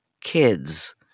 kids